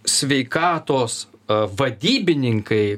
sveikatos vadybininkai